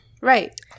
Right